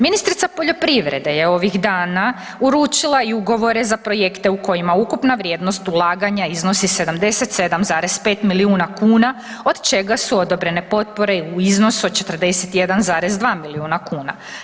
Ministrica poljoprivrede je ovih dana uručila i ugovore za projekte u kojima ukupna vrijednost ulaganja iznosi 77,5 milijuna kuna od čega su odobrene potpore u iznosu od 41,2 milijuna kuna.